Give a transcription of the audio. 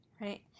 Right